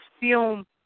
film